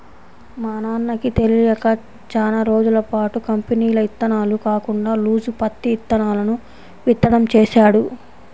మా నాన్నకి తెలియక చానా రోజులపాటు కంపెనీల ఇత్తనాలు కాకుండా లూజు పత్తి ఇత్తనాలను విత్తడం చేశాడు